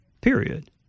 period